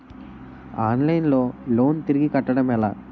Online లో loan తిరిగి కట్టడం ఎలా?